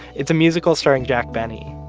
it's a musical starring jack benny.